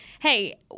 hey